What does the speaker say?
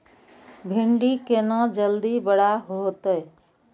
भिंडी केना जल्दी बड़ा होते?